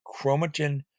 chromatin